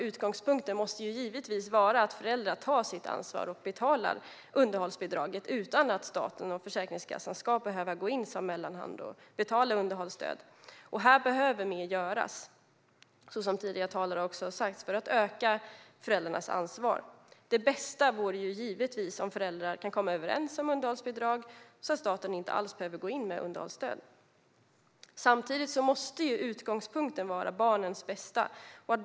Utgångspunkten måste självklart vara att föräldrar tar sitt ansvar och betalar underhållsbidraget utan att staten och Försäkringskassan ska behöva gå in som mellanhand och betala underhållsstöd. Här behöver mer göras, så som tidigare talare också har sagt, för att öka föräldrarnas ansvar. Det bästa vore givetvis om föräldrar kan komma överens om underhållsbidrag så att staten inte alls behöver gå in med underhållsstöd. Samtidigt måste barnens bästa vara utgångspunkten.